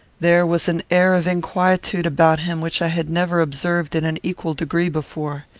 there was an air of inquietude about him which i had never observed in an equal degree before.